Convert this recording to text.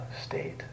state